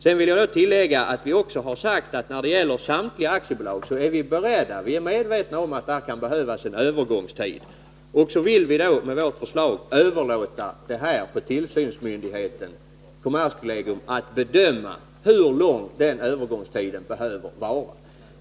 Sedan vill jag tillägga att vi också har sagt att när det gäller samtliga aktiebolag är vi medvetna om att det kan behövas en övergångstid. Vi föreslår att man skall överlåta till tillsynsmyndigheten, kommerskollegium, att bedöma hur lång den övergångstiden behöver vara.